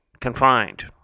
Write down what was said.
confined